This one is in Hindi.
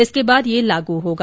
इसके बाद यह लागू होगा